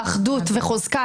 אחדות וחוזקה,